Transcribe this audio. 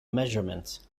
measurements